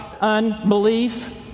unbelief